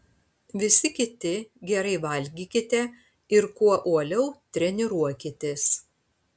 visi kiti gerai valgykite ir kuo uoliau treniruokitės